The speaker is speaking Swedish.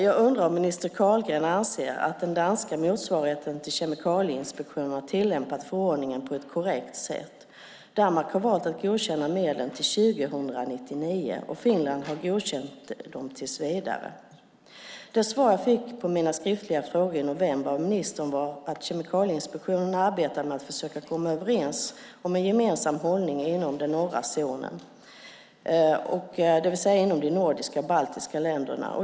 Jag undrar om minister Carlgren anser att den danska motsvarigheten till Kemikalieinspektionen har tillämpat förordningen på ett korrekt sätt. Danmark har valt att godkänna medlen till 2099, och Finland har godkänt dem tills vidare. Det svar som jag fick på mina skriftliga frågor i november av ministern var att Kemikalieinspektionen arbetar med att försöka komma överens om en gemensam hållning inom den norra zonen, det vill säga inom de nordiska och de baltiska länderna.